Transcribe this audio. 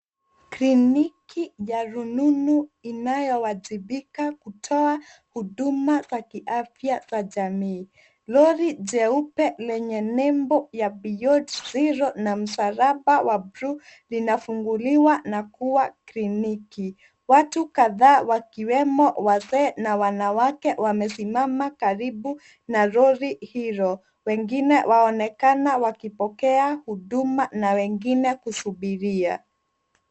Kliniki ya rununu inayowajibika kutoa huduma za kiafya za jamii. Lori jeupe lenye nembo ya Beyond Zero na msalaba wa bluu linafunguliwa na kuwa kliniki. Watu kadhaa wakiwemo wazee na wanawake wamesimama karibu na lori hilo, wengine waonekane wakipokea huduma na wengine kusubiria.